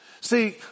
See